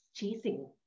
chasing